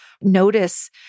Notice